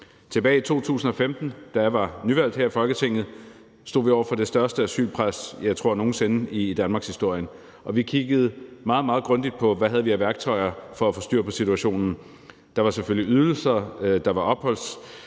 Tilbage i 2015, da jeg var nyvalgt her i Folketinget, stod vi over for det største asylpres, jeg tror nogen sinde i danmarkshistorien, og vi kiggede meget, meget grundigt på, hvad vi havde af værktøjer til at få styr på situationen. Der var selvfølgelig ydelser, der var